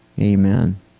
amen